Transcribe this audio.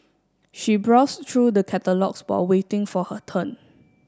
she browse through the catalogues while waiting for her turn